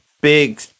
big